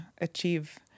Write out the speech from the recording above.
Achieve